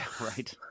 Right